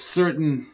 certain